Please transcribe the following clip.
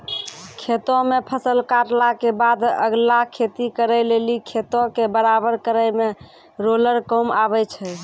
खेतो मे फसल काटला के बादे अगला खेती करे लेली खेतो के बराबर करै मे रोलर काम आबै छै